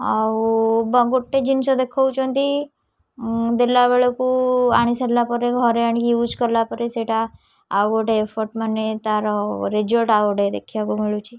ଆଉ ଗୋଟିଏ ଜିନିଷ ଦେଖାଉଛନ୍ତି ଦେଲାବେଳକୁ ଆଣିସାରିଲା ପରେ ଘରେ ଆଣିକି ୟୁଜ୍ କଲାପରେ ସେଇଟା ଆଉ ଗୋଟେ ଏଫର୍ଟ ମାନେ ତାର ରେଜଲ୍ଟ ଆଉ ଗୋଟିଏ ଦେଖିବାକୁ ମିଳୁଛି